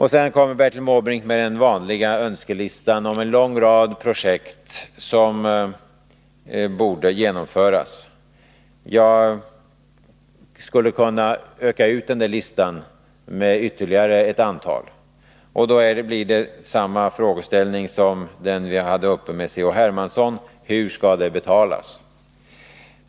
Sedan kommer Bertil Måbrink med den vanliga önskelistan med en lång rad projekt som borde genomföras. Jag skulle kunna öka ut den där listan medytterligare ett antal. Men då blir frågan densamma som den vi hade uppe med C.-H. Hermansson: Hur skall det betalas?